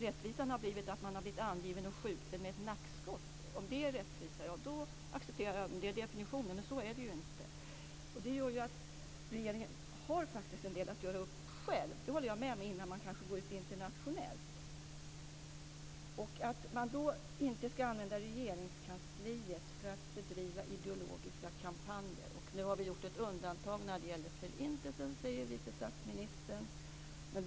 Rättvisan har inneburit att man har blivit angiven och skjuten med ett nackskott. Det kan inte vara definitionen på rättvisa. Det gör att regeringen själv har en del att göra upp med - det håller jag med om - innan man går ut internationellt. Vice statsministern säger att man inte ska använda Regeringskansliet för att bedriva ideologiska kampanjer och att det är ett undantag när det gäller Förintelsen.